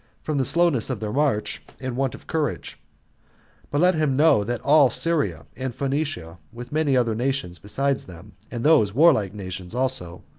from the slowness of their march, and want of courage but let him know that all syria and phoenicia, with many other nations besides them, and those warlike nations also,